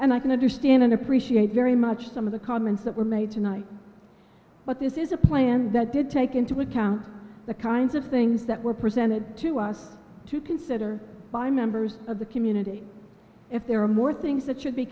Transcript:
and i can understand and appreciate very much some of the comments that were made tonight but this is a plan that did take into account the kinds of things that were presented to us to consider by members of the community if there are more things that should be